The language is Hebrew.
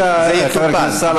בבקשה, חבר הכנסת סאלח סעד.